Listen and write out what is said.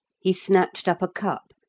he snatched up a cup,